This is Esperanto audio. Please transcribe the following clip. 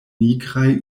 nigraj